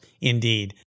indeed